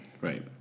Right